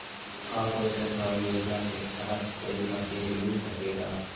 का कोई सरकारी योजना के तहत कोई मशीन मिल सकेला?